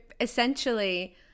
essentially